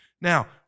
Now